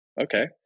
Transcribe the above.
okay